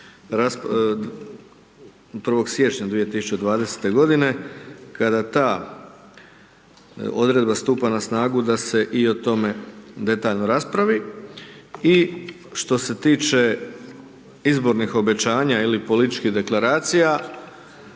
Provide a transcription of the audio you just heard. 1. siječnja 2020.-te godine kada ta odredba stupa na snagu da se i o tome detaljno raspravi. I što se tiče izbornih obećanja ili političkih Deklaracija,